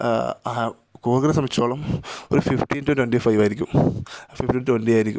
ആ കൂര്ഗിനെ സംബന്ധിച്ചോളം ഒരു ഫിഫ്റ്റീന് ടു ട്വൻറ്റി ഫൈവായിരിക്കും ഫിഫ്റ്റീന് ടു ട്വൻറ്റി ആയിരിക്കും